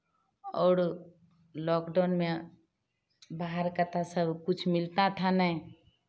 और लॉकडाउन में बाहर का तो सबकुछ मिलता था नहीं